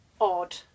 odd